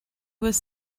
was